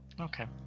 Okay